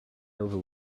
over